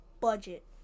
Budget